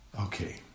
Okay